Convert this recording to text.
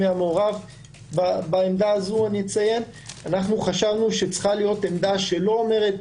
היה מעורב בעמדה חשבנו שצריכה להיות עמדה שלא אומרת: